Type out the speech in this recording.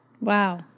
Wow